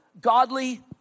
godly